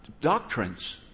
doctrines